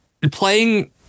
playing